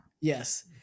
Yes